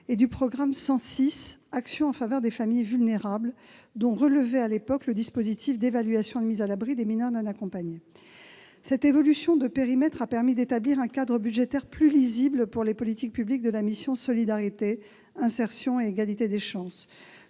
et du programme 106, « Actions en faveur des familles vulnérables », dont relevait alors le dispositif d'évaluation et de mise à l'abri des mineurs non accompagnés. Cette évolution de périmètre a permis d'établir un cadre budgétaire plus lisible pour les politiques publiques de la mission « Solidarité, insertion et égalité des chances